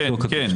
"ילדו" כתוב שם.